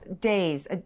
days